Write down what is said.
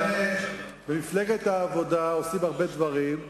במפלגת העבודה עושים הרבה דברים,